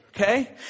Okay